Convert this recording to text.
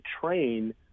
train